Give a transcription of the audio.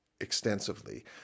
extensively